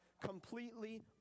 completely